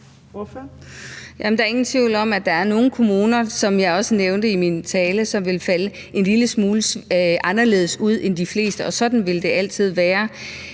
Der er ingen tvivl om, at der er nogle kommuner, som jeg også nævnte i min tale, som vil falde en lille smule anderledes ud end de fleste, og sådan vil det altid være.